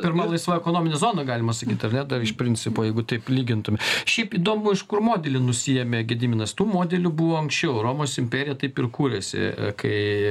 pirma laisva ekonominė zona galima sakyt ar ne iš principo jeigu taip lygintume šiaip įdomu iš kur modelį nusiėmė gediminas tų modelių buvo anksčiau romos imperija taip ir kūrėsi kai